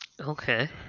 Okay